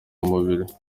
mubiri